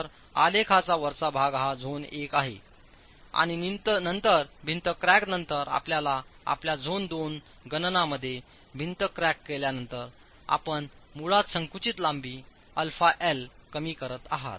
तर आलेखाचा वरचा भाग हा भाग झोन 1 आहे आणि नंतर भिंत क्रॅकनंतर आपण आपल्या झोन 2 गणनामध्ये भिंत क्रॅक केल्यानंतर आपण मुळात संकुचित लांबी अल्फा एल कमी करत आहात